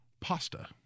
pasta